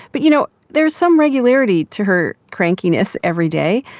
but, you know, there's some regularity to her crankiness every day,